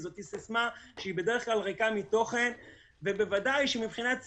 זאת סיסמה שהיא בדרך כלל ריקה מתוכן ובוודאי שמבחינת הצדק,